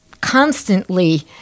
constantly